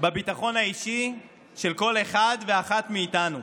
בביטחון האישי של כל אחד ואחת מאיתנו.